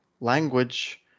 language